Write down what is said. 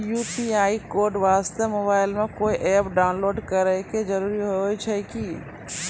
UPI code वास्ते mobile मे कोय एप्प डाउनलोड करे के जरूरी होय छै की?